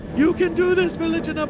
you can do this villager nine!